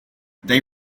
they